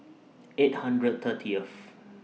eight hundred thirtieth